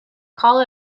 call